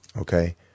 okay